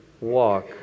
walk